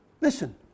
listen